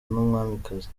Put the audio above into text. n’umwamikazi